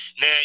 Now